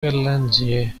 ирландии